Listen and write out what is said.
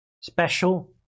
Special